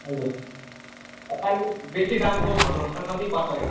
हजुर तपाईँ फेरि बेसी दामको भन्नुहोस् त कति पर्छ रेट